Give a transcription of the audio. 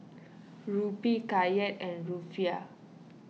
Rupee Kyat and Rufiyaa